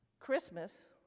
Christmas